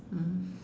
mm